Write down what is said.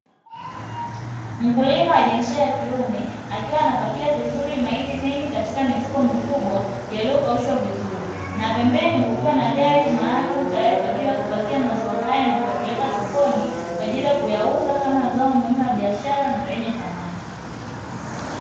Mkulima wa jinsia ya kiume akiwa anapakia mahindi mengi katika mifuko mikubwa kukaushwa vizuri. Pembeni kukiwa na gari maalumu tayari kwa kupakia mazao hayo na kupeleka sokoni kwa ajili ya kuuza kama zao la biashara na lenye thamani.